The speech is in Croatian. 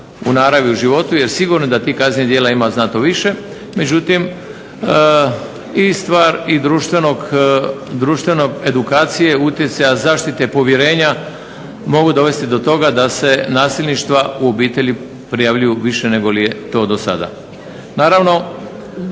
u naravi u životu, jer sigurno da ti kaznenih djela ima znatno više. Međutim i stvar i društvene edukacije utjecaja zaštite povjerenja mogu dovesti do toga da se nasilništva u obitelji prijavljuju više negoli je to do sada.